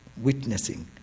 witnessing